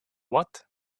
what